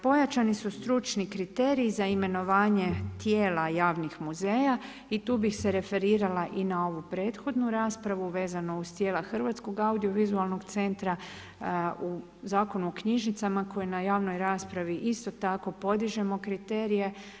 Pojačani su stručni kriteriji za imenovanje tijela javnih muzeja i tu bih se referirala i na ovu prethodnu raspravu vezano uz tijela Hrvatskog audiovizualnog centra u Zakonu o knjižnicama koje u javnoj raspravi isto tako podižemo kriterije.